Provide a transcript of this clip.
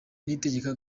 niyitegeka